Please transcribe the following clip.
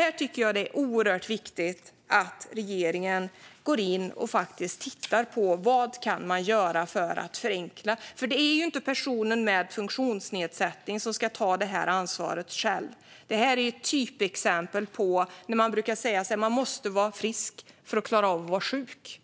Jag tycker att det är oerhört viktigt att regeringen går in och tittar på vad man kan göra för att förenkla. Det är nämligen inte personen med funktionsnedsättning själv som ska ta det här ansvaret. Detta är ett typexempel på det vi menar när vi säger att man måste vara frisk för att klara av att vara sjuk.